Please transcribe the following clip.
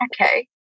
Okay